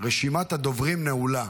רשימת הדוברים נעולה.